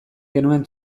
genuen